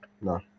no